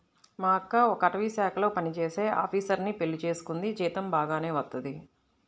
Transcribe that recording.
మా అక్క ఒక అటవీశాఖలో పనిజేసే ఆపీసరుని పెళ్లి చేసుకుంది, జీతం బాగానే వత్తది